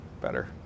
better